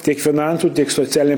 tiek finansų tiek socialinė